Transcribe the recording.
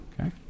okay